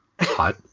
hot